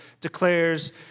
declares